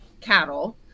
cattle